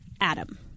Adam